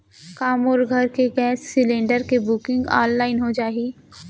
का मोर घर के गैस सिलेंडर के बुकिंग ऑनलाइन हो जाही?